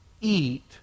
eat